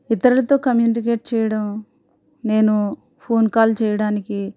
ఇతరులతో కమ్యూనికేట్ చేయడం నేను ఫోన్ కాల్ చేయడానికి